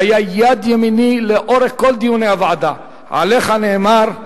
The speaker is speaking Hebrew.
שהיה יד ימיני לאורך כל דיוני הוועדה, עליך נאמר: